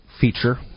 feature